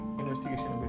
investigation